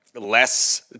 less